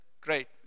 Great